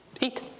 eat